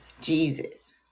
Jesus